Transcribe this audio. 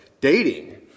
dating